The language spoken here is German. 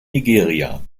nigeria